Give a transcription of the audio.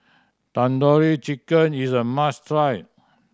Tandoori Chicken is a must try